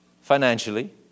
financially